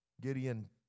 Gideon